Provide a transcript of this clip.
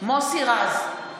מוסי רז,